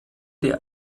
der